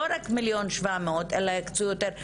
יהיו רק 1,700,000 שקל אלא יקצו יותר.